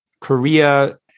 Korea